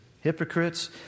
Hypocrites